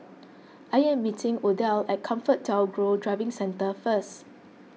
I am meeting Odile at ComfortDelGro Driving Centre first